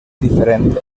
diferent